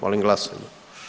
Molim glasujmo.